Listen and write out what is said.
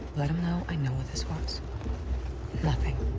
let him know i know what this was nothing.